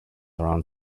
around